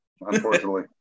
unfortunately